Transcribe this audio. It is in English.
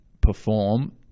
perform